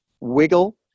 wiggle